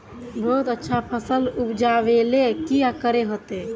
बहुत अच्छा फसल उपजावेले की करे होते?